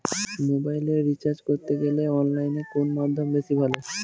মোবাইলের রিচার্জ করতে গেলে অনলাইনে কোন মাধ্যম বেশি ভালো?